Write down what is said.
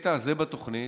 הקטע הזה בתוכנית